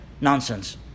nonsense